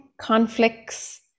conflicts